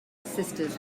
sisters